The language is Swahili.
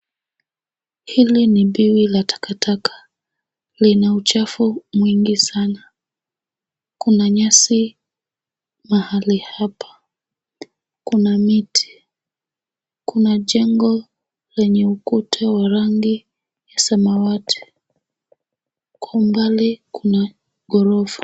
Hili ni biwi la takataka, lina uchafu mwingi sana, kuna nyasi mahali hapa, kuna miti. Kuna jengo lenye ukuta wa rangi ya samawati. Kwa umbali, kuna ghorofa.